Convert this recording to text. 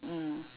mm